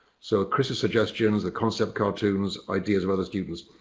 so chris' suggestions, the concept cartoons, ideas of other students,